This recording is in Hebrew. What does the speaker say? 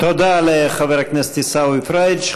תודה לחבר הכנסת עיסאווי פריג'.